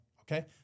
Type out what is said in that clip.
Okay